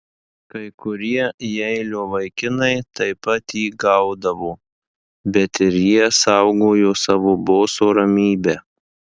kai kurie jeilio vaikinai taip pat jį gaudavo bet ir jie saugojo savo boso ramybę